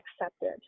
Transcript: accepted